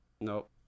Nope